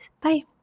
bye